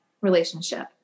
relationship